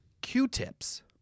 Q-tips